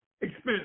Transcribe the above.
expense